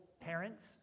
parents